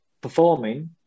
performing